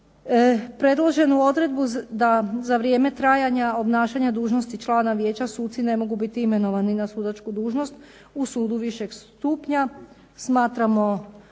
Predloženu odredbu da za vrijeme trajanja obnašanja dužnosti člana vijeća suci ne mogu biti imenovani na sudačku dužnost u sudu višeg stupnja smatramo